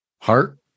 heart